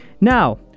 Now